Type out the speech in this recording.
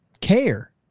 care